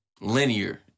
linear